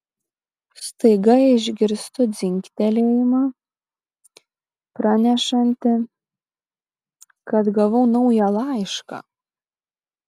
staiga išgirstu dzingtelėjimą pranešantį kad gavau naują laišką